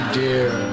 dear